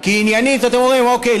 כי ענייני זה שאתם אומרים: אוקיי,